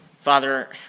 Father